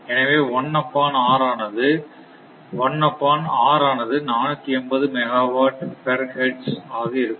எனவே 1 upon r ஆனது 480 megawatt per hertz ஆக இருக்கும்